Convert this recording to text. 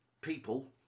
people